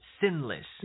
sinless